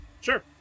Sure